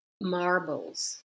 Marbles